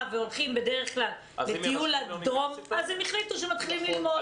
והולכים בדרך כלל לטיול הגדול החליטו שהם מתחילים ללמוד.